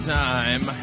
time